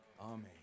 Amen